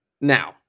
Now